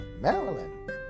Maryland